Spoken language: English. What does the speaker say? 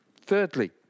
Thirdly